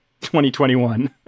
2021